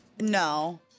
No